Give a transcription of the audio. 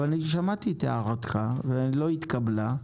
אני שמעתי את הערתך והיא לא התקבלה.